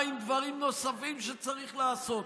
מה עם דברים נוספים שצריך לעשות?